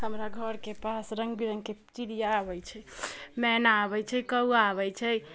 हमरा घरके पास रङ्ग बिरङ्गके चिड़िआ अबै छै मैना अबै छै कौआ अबै छै